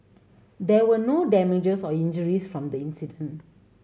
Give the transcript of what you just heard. there were no damages or injuries from the incident